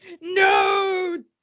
No